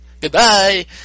Goodbye